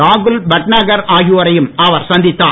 ராகுல் பட்நாகர் ஆகியோரையும் அவர் சந்தித்தார்